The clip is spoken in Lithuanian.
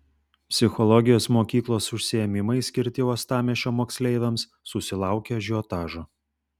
psichologijos mokyklos užsiėmimai skirti uostamiesčio moksleiviams susilaukė ažiotažo